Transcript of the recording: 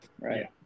right